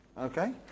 Okay